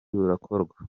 burakorwa